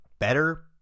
better